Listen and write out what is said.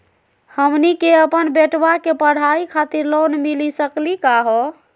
हमनी के अपन बेटवा के पढाई खातीर लोन मिली सकली का हो?